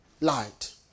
light